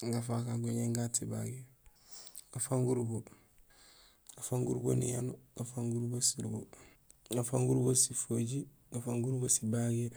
gafaak aan guñéén gaat sibagiir, gafang gurubo, gafang gurubo niyanuur, gafang gurubo surubo, gafang gurubo sifojiir, gafang gurubo sibagiir